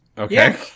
Okay